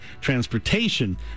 transportation